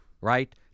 Right